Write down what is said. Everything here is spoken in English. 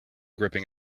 gripping